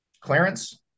clarence